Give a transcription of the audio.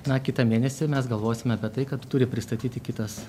na kitą mėnesį mes galvosime apie tai kad turi pristatyti kitas